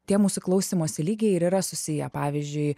tie mūsų klausymosi lygiai ir yra susiję pavyzdžiui